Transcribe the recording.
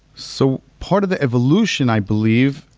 so part of the evolution, i believe,